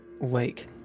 lake